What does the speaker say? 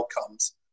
outcomes